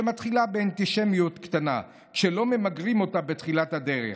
שמתחילה באנטישמיות קטנה שלא ממגרים אותה בתחילת הדרך.